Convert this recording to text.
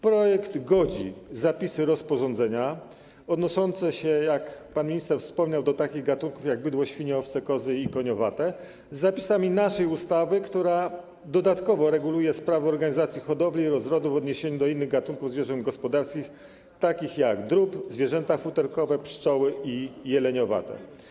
Projekt godzi zapisy rozporządzenia odnoszące się, jak pan minister wspomniał, do takich gatunków, jak bydło, świnie, owce, kozy i koniowate, z zapisami naszej ustawy, która dodatkowo reguluje sprawy organizacji hodowli i rozrodu w odniesieniu do innych gatunków zwierząt gospodarskich, takich jak drób, zwierzęta futerkowe, pszczoły i jeleniowate.